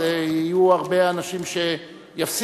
אז יהיו הרבה אנשים שיפסידו,